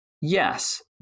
yes